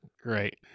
Great